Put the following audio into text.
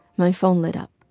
my phone lit up.